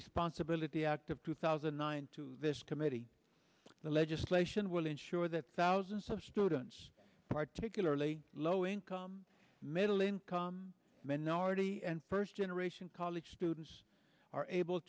responsibility act of two thousand and nine to this committee the legislation will ensure that thousands of students particularly low income middle income minority and first generation college students are able